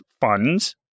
funds